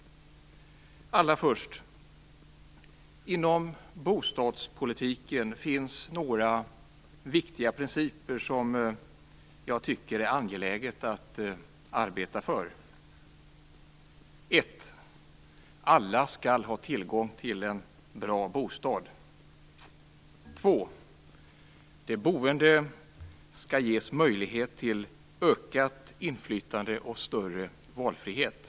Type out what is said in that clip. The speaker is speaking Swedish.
Allra först vill jag säga att det inom bostadspolitiken finns några viktiga principer som jag tycker att det är angeläget att arbeta för: 1. Alla skall ha tillgång till en bra bostad. 2. De boende skall ges möjlighet till ökat inflytande och större valfrihet.